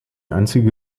einzige